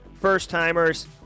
first-timers